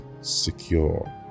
secure